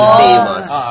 famous